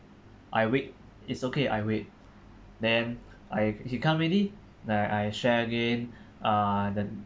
I wait it's okay I wait then I he come already then I share again uh the